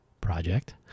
Project